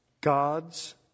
God's